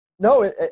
No